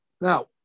Now